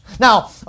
Now